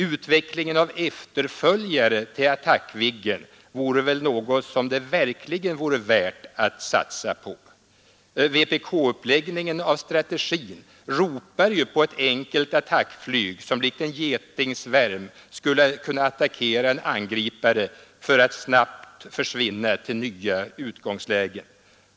Utvecklingen av efterföljare till Attackviggen vore väl något som det verkligen vore värt att satsa på. Vpk-uppläggningen av strategin ropar ju på ett enkelt attackflyg som likt en getingsvärm skulle kunna attackera en angripare för att snabbt försvinna till nya utgångslägen.